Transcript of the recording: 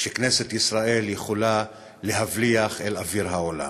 שכנסת ישראל יכולה להביא אל אוויר העולם?